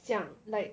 讲 like